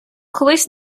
колись